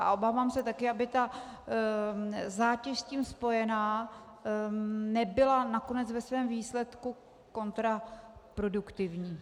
A obávám se taky, aby zátěž s tím spojená nebyla nakonec ve svém výsledku kontraproduktivní.